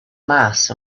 mass